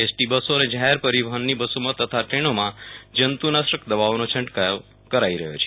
ST બસો અને જાહેર પરિવહનની બસોમાં તથા દ્રેનોમાં જં તુ નાશક દવાઓનો છંટકાવ કરાઈ રહ્યો છે